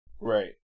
Right